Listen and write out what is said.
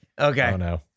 Okay